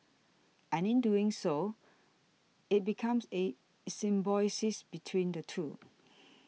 and in doing so it becomes a symbiosis between the two